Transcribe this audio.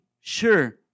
sure